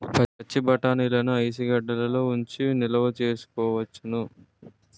పచ్చిబఠాణీలని ఇసుగెడ్డలలో ఉంచి నిలవ సేసుకోవచ్చును